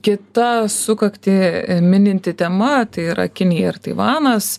kita sukaktį mininti tema tai yra kinija ir taivanas